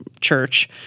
church